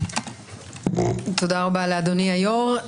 תודה רבה לאדוני היו"ר.